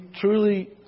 truly